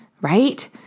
right